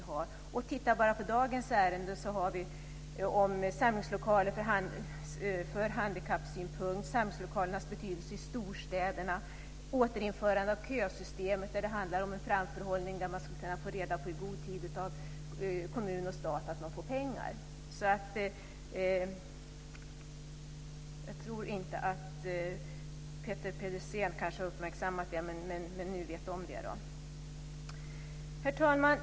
Tittar man bara på dagens ärende handlar det om samlingslokaler ur handikappsynpunkt, samlingslokalernas betydelse i storstäderna och återinförande av kösystemet, där det handlar om en framförhållning så att man i god tid ska kunna få reda på att man får pengar av kommun och stat. Jag tror kanske inte att Peter Pedersen har uppmärksammat detta, men nu vet han om det. Herr talman!